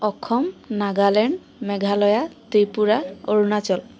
Assam Nagaland Meghalaya Tripura Arunachal